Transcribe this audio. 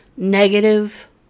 negative